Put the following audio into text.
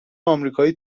امریکایی